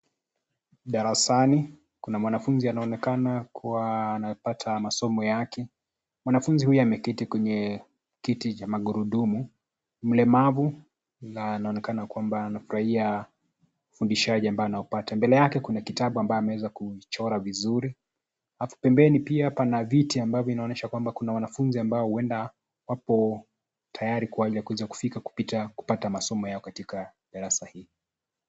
Darasani, kuna mwanafunzi anayeonekana kuwa anapata masomo yake, mwanafunzi huyu ameketi, kwenye kiti cha magurudumu, mlemavu, na anaonekana kwamba anafurahia, ufundishaji ambao anaupata, mbele yake kuna kitabu ambayo ameweza kuichora vizuri, alafu pembeni pia pana viti ambavyo vinaonyesha kwamba kuna wanafunzi ambao huenda, wapo, tayari kwa ajili ya kuweza kufika kupita kupata masomo yao katika, darasa hii.